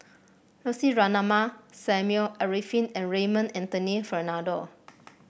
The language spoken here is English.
Lucy Ratnammah Samuel Arifin and Raymond Anthony Fernando